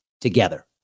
together